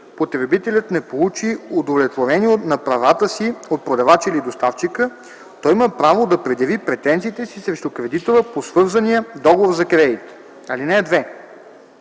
потребителят не получи удовлетворение на правата си от продавача или доставчика, той има право да предяви претенциите си срещу кредитора по свързания договор за кредит. (2) В